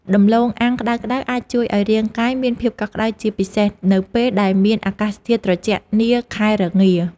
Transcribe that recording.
ដំឡូងអាំងក្តៅៗអាចជួយឱ្យរាងកាយមានភាពកក់ក្តៅជាពិសេសនៅពេលដែលមានអាកាសធាតុត្រជាក់នាខែរងា។